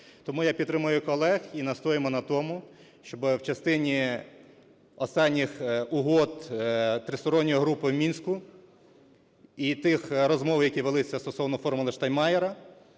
Тому я підтримую колег, і настоюємо на тому, щоби в частині останніх угод тристоронньої групи в Мінську і тих розмов, які велися стосовно "формули Штайнмайєра",